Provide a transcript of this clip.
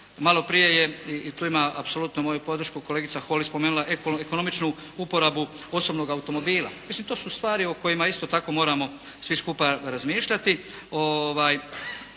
Malo prije je i tu ima apsolutnu moju podršku kolegica Holy je spomenula ekonomičnu uporabu osobnog automobila. Mislim to su stvari o kojima isto tako moramo svi skupa razmišljati